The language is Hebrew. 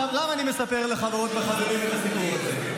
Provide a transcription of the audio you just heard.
למה אני מספר לחברות ולחברים את הסיפור הזה?